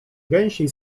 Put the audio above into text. gęsiej